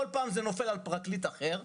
כל פעם זה נופל על פרקליט אחר.